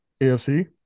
AFC